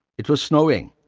it was snowing.